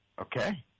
okay